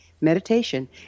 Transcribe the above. meditation